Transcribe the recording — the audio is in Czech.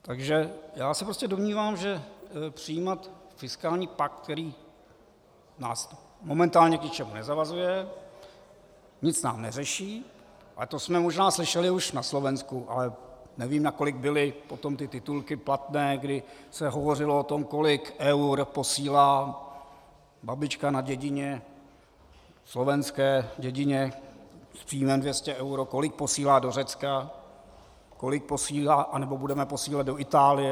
Takže já se prostě domnívám, že přijímat fiskální pakt, který nás momentálně k ničemu nezavazuje, nic nám neřeší, ale to jsme možná slyšeli už na Slovensku, ale nevím, nakolik byly potom ty titulky platné, kdy se hovořilo o tom, kolik eur posílá babička na dědině, slovenské dědině, s příjmem 200 eur, kolik posílá do Řecka, kolik posílá, anebo budeme posílat do Itálie.